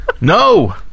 No